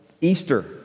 Easter